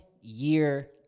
year